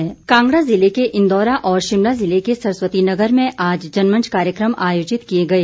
जनमंच कांगड़ा ज़िले के इंदौरा और शिमला ज़िले के सरस्वती नगर में आज जनमंच कार्यक्रम आयोजित किए गए